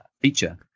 feature